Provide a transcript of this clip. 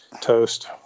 toast